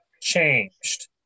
changed